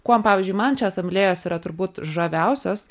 kuom pavyzdžiui man čia asamblėjos yra turbūt žaviausios